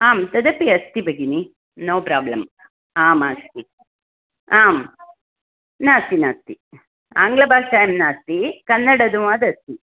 आं तदपि अस्ति भगिनि नो प्रोब्लम् आम् अस्ति आं नास्ति नास्ति आङ्ग्लभाषायां नास्ति कन्नडदुवाद् अस्ति